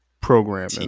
programming